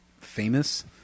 famous